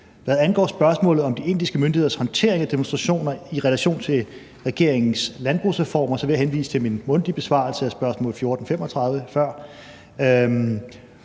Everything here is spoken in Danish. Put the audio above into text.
Hvad angår spørgsmålet om de indiske myndigheders håndtering af demonstrationer i relation til regeringens landbrugsreformer, vil jeg henvise til min mundtlige besvarelse af spørgsmål 1435 før,